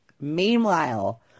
Meanwhile